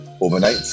overnight